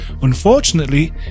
Unfortunately